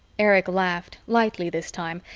erich laughed, lightly this time,